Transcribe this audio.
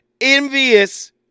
envious